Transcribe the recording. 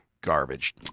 garbage